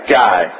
guy